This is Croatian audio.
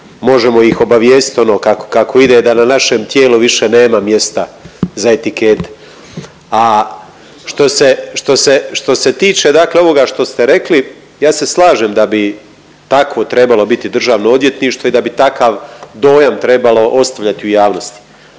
možemo ih obavijestiti ono kako, kako ide da na našem tijelu više nema mjesta za etikete. A što se, što se, što se tiče dakle ovoga što ste rekli, ja se slažem da bi takvo trebalo biti državno odvjetništvo i da bi takav dojam trebalo ostavljati u javnosti.